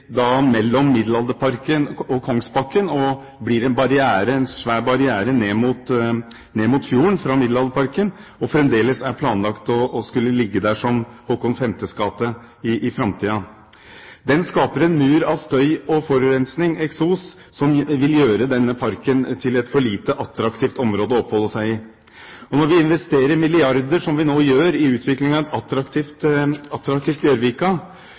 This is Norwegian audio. mellom Middelalderparken og Kongsbakken og blir en svær barriere ned mot fjorden fra Middelalderparken. Fremdeles er det planlagt at den skal ligge der som Kong Håkon 5.s gate i framtiden. Den skaper en mur av støy og forurensning, eksos, som vil gjøre denne parken til et for lite attraktivt område å oppholde seg i. Når vi investerer milliarder, som vi nå gjør, i utviklingen av et attraktivt